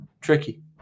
Tricky